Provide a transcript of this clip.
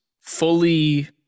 fully